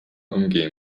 umgehen